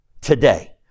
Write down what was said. today